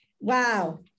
Wow